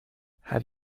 have